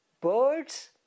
birds